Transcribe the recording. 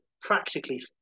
practically